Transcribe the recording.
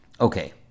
Okay